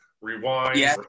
rewind